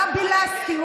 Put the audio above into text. גבי לסקי,